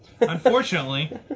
Unfortunately